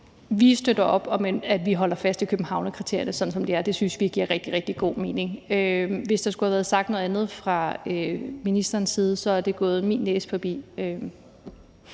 Vi støtter op om, at vi holder fast i Københavnskriterierne, sådan som de er. Det synes vi giver rigtig, rigtig god mening. Hvis der skulle have været sagt noget andet fra ministerens side, er det gået min næse forbi.